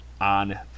on